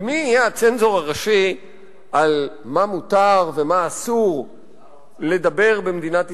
ומי יהיה הצנזור הראשי על מה מותר ומה אסור לדבר במדינת ישראל?